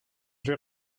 j’ai